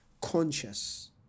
conscious